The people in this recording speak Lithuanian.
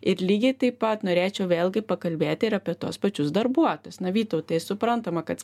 ir lygiai taip pat norėčiau vėlgi pakalbėti ir apie tuos pačius darbuotojus na vytautai suprantama kad